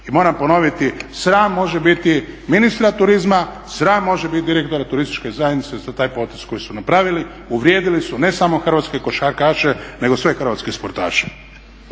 I moram ponoviti sram može biti ministra turizma, sram može biti direktora turističke zajednice za taj potez koji su napravili. Uvrijedili su ne samo hrvatske košarkaše nego sve hrvatske sportaše.